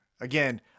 Again